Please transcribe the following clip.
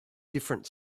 different